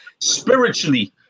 spiritually